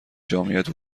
جامعیت